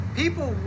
people